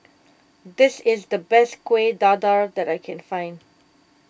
this is the best Kueh Dadar that I can find